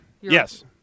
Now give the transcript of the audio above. Yes